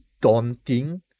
daunting